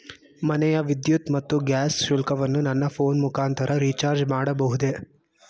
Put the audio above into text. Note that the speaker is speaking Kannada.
ಮನೆಯ ವಿದ್ಯುತ್ ಮತ್ತು ಗ್ಯಾಸ್ ಶುಲ್ಕವನ್ನು ನನ್ನ ಫೋನ್ ಮುಖಾಂತರ ರಿಚಾರ್ಜ್ ಮಾಡಬಹುದೇ?